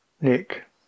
Nick